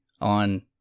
on